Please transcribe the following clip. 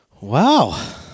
Wow